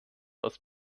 aus